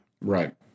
Right